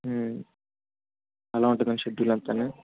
అలా ఉంటుంది షెడ్యూల్ అంతా